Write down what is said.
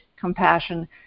compassion